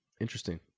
Interesting